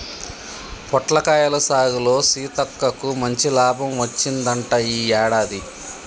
పొట్లకాయల సాగులో సీతక్కకు మంచి లాభం వచ్చిందంట ఈ యాడాది